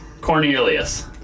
Cornelius